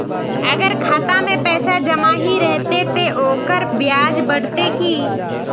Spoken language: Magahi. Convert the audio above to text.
अगर खाता में पैसा जमा ही रहते ते ओकर ब्याज बढ़ते की?